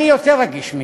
אני יותר רגיש מכם.